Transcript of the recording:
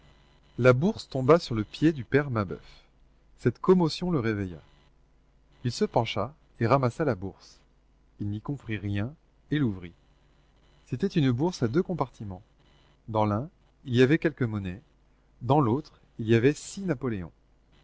la bourse tomba sur le pied du père mabeuf cette commotion le réveilla il se pencha et ramassa la bourse il n'y comprit rien et l'ouvrit c'était une bourse à deux compartiments dans l'un il y avait quelque monnaie dans l'autre il y avait six napoléons